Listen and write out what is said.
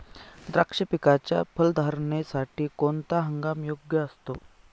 द्राक्ष पिकाच्या फलधारणेसाठी कोणता हंगाम योग्य असतो?